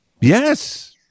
Yes